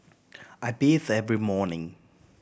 I bathe every morning